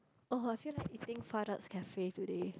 oh I feel like eating Cafe today